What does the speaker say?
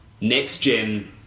next-gen